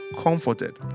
Comforted